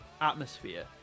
atmosphere